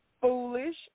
foolish